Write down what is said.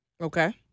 Okay